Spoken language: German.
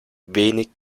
wenig